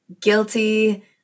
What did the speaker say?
guilty